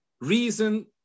reason